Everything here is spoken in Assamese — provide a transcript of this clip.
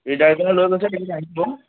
ৰিডাৰ এজনে লৈ গৈছে তেওঁ আহিব